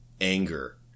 anger